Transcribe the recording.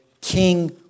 king